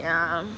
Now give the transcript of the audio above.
ya